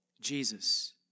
Jesus